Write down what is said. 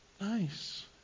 Nice